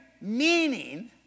meaning